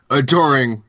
adoring